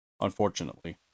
Unfortunately